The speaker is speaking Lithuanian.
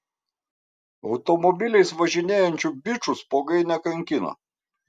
automobiliais važinėjančių bičų spuogai nekankino